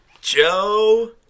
Joe